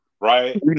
right